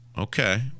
okay